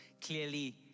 Clearly